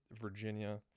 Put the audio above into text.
Virginia